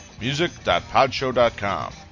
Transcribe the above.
music.podshow.com